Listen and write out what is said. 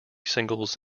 singles